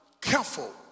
careful